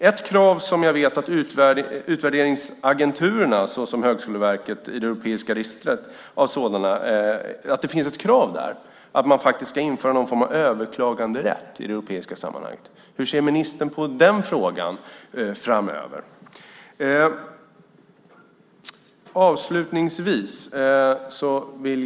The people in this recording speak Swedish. Jag vet att det finns ett krav hos utvärderingsagenturerna i det europeiska registret på att man ska införa någon form av överklaganderätt. Hur ser ministern på den frågan framöver?